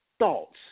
thoughts